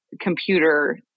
computer